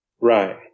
Right